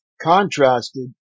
contrasted